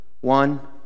One